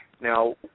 Now